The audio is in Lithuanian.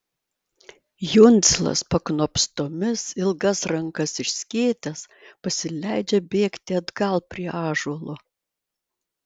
jundzilas paknopstomis ilgas rankas išskėtęs pasileidžia bėgti atgal prie ąžuolo